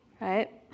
right